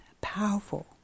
powerful